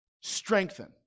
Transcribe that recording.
strengthen